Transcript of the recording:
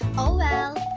oh well,